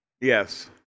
yes